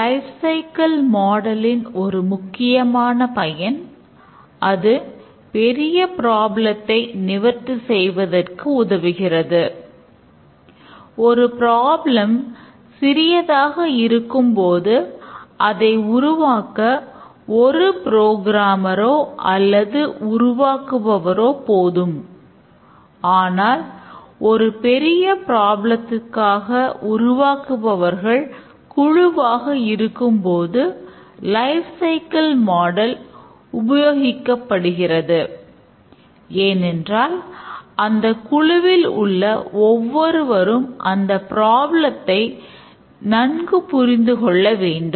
life cycle மாடலின் நன்கு புரிந்துகொள்ள வேண்டும்